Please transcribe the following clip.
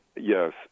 Yes